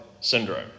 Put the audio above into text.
syndrome